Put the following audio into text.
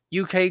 UK